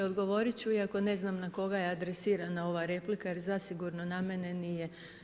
Odgovorit ću iako ne znam na koga je adresirana ova replika jer zasigurno na mene nije.